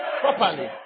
properly